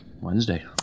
Wednesday